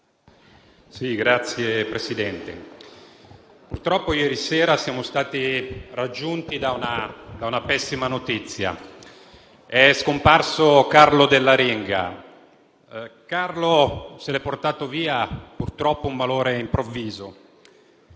Signor Presidente, purtroppo ieri sera siamo stati raggiunti da una pessima notizia: è scomparso Carlo Dell'Aringa, portato via purtroppo da un malore improvviso.